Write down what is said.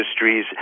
industries